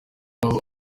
aho